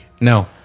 No